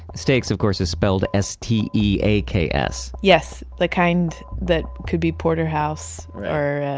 steaks of course is spelled s t e a k s yes. the kind that could be porter house or,